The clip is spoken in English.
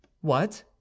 What